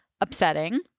upsetting